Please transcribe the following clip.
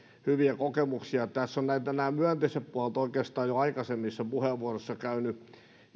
hyviä kokemuksia tässä ovat nämä myönteiset puolet oikeastaan jo aikaisemmissa puheenvuoroissa käyneet